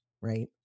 right